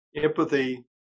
empathy